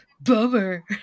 bummer